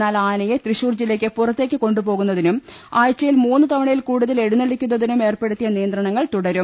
എന്നാൽ ആനയെ തൃശൂർ ജില്ലക്ക് പുറത്തേക്കു കൊണ്ടുപോകുന്നതിനും ആഴചയിൽ മൂന്നു തവണയിൽ കൂടുതൽ എഴുന്നള്ളിക്കുന്നതിനും ഏർപ്പെടുത്തിയ നിയന്ത്രണങ്ങൾ തുടരും